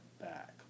back